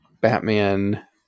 Batman